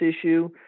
issue